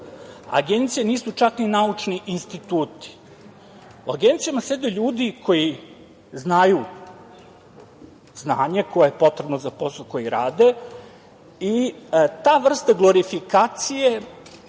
Agencije nisu čak ni naučni instituti. U agencijama sede ljudi koji znaju znanje koje je potrebno za posao koji rade i ta vrsta glorifikacije